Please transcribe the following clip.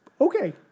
okay